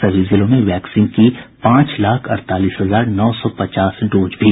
सभी जिलों में वैक्सीन की पांच लाख अड़तालीस हजार नौ सौ पचास डोज भेजी जा चुकी है